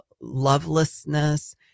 lovelessness